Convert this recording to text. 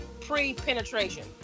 pre-penetration